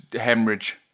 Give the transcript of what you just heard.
hemorrhage